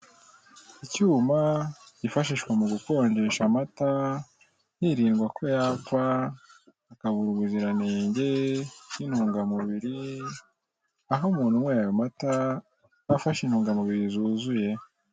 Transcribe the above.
Icyuma kifashishwa mu gukonjesha amata hirindwa ko yapfa, akabura ubuziranenge bw'intungamubiri, aho umuntu unyweye amata aba afashe intungamubiri zuzuye.